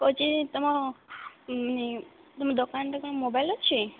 କହୁଛି ତୁମ ତୁମ ଦୋକାନରେ କ'ଣ ମୋବାଇଲ୍ ଅଛି